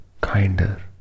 kinder